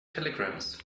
telegrams